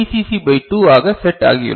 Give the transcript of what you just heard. C by 2 ஆக set ஆகியுள்ளது